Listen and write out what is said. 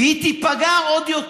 והיא תיפגע עוד יותר.